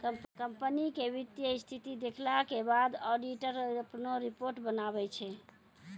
company के वित्तीय स्थिति देखला के बाद ऑडिटर अपनो रिपोर्ट बनाबै छै